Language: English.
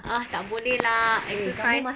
ah tak boleh lah exercise